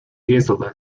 insolvent